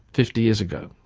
fifty years ago.